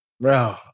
Bro